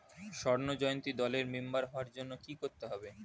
স্বর্ণ জয়ন্তী দলের মেম্বার হওয়ার জন্য কি করতে হবে?